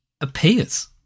appears